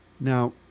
Now